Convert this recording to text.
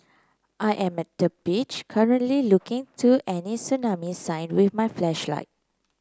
I am at the beach currently looking to any tsunami sign with my flashlight